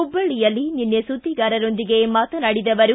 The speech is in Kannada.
ಹುಬ್ಬಳ್ಳಿಯಲ್ಲಿ ನಿನ್ನೆ ಸುದ್ದಿಗಾರರೊಂದಿಗೆ ಮಾತನಾಡಿದ ಅವರು